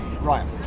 right